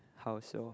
how is your